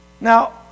Now